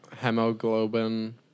hemoglobin